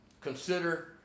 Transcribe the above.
consider